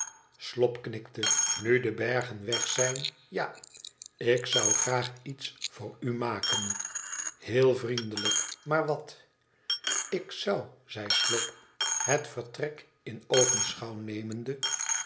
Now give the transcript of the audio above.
slop knikte nu de bergen weg zijn ja ik zougraagiets voor umaken heel vriendelijk maar wat ik zou zei slop het vertrek in oogenschouw nemende